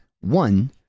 one